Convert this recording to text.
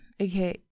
Okay